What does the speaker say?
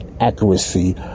accuracy